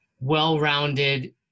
well-rounded